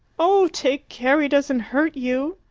oh, take care he doesn't hurt you!